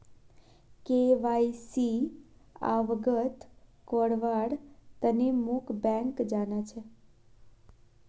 KYC अवगत करव्वार तने मोक बैंक जाना छ